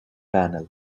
banal